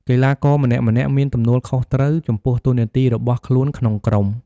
កីឡាករម្នាក់ៗមានទំនួលខុសត្រូវចំពោះតួនាទីរបស់ខ្លួនក្នុងក្រុម។